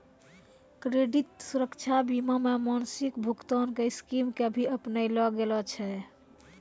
credit सुरक्षा बीमा मे मासिक भुगतान के स्कीम के भी अपनैलो गेल छै